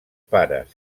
pares